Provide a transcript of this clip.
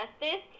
justice